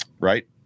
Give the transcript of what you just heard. right